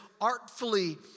artfully